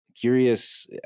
curious